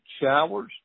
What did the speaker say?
showers